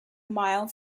mile